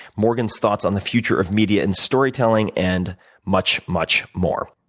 morgan's thoughts on the future of media and storytelling, and much, much, more.